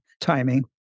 timing